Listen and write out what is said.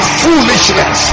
foolishness